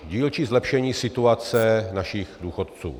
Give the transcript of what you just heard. Dílčí zlepšení situace našich důchodců.